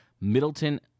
Middleton